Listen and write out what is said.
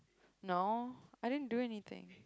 no I didn't do anything